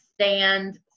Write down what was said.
stand